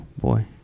Boy